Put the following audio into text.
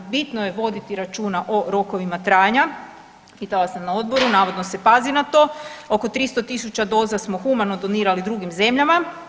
Bitno je voditi računa o rokovima trajanja, pitala sam na odboru navodno se pazi ta to, oko 300.000 doza smo humano donirali drugim zemljama.